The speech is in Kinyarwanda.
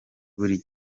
buri